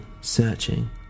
searching